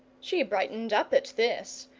she brightened up at this,